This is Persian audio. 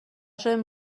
شدیم